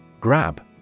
Grab